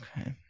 Okay